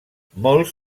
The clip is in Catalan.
molts